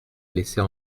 laissez